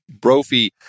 Brophy